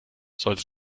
sollte